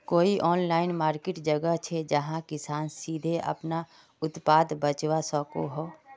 कोई online market जगह छे जहाँ किसान सीधे अपना उत्पाद बचवा सको हो?